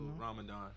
Ramadan